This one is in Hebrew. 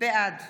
בעד